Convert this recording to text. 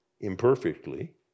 imperfectly